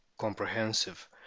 comprehensive